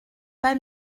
pas